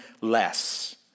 less